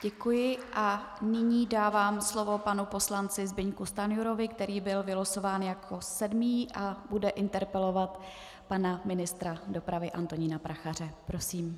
Děkuji a nyní dávám slovo panu poslanci Zbyňku Stanjurovi, který byl vylosován jako sedmý a bude interpelovat pana ministra dopravy Antonína Prachaře.